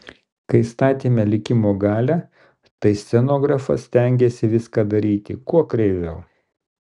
kai statėme likimo galią tai scenografas stengėsi viską daryti kuo kreiviau